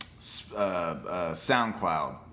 SoundCloud